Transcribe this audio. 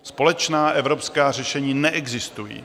Společná evropská řešení neexistují.